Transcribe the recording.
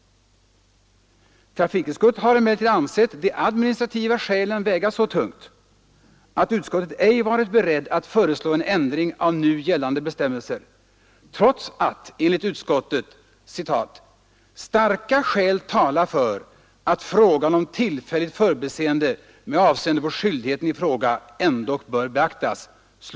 Trafikutskottet har emellertid ansett de administrativa skälen väga så tungt att utskottet ej varit berett att föreslå en ändring av nu gällande bestämmelser, trots att starka skäl enligt utskottet ”talar ——— för att frågan om tillfälligt förbiseende med avseende på skyldigheten i fråga ändock bör beaktas”.